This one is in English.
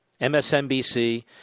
MSNBC